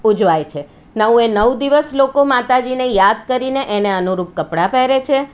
ઉજવાય છે નવે નવ દિવસ લોકો માતાજીને યાદ કરીને એને અનુરૂપ કપડાં પહેરે છે